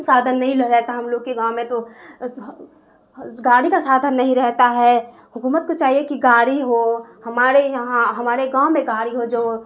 سادھن نہیں رہتا ہم لوگ کے گاؤں میں تو گاڑی کا سادھن نہیں رہتا ہے حکومت کو چاہیے کہ گاڑی ہو ہمارے یہاں ہمارے گاؤں میں گاڑی ہو جو